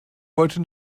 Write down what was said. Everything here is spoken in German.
wollte